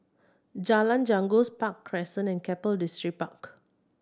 Jalan Janggus Park Crescent and Keppel Distripark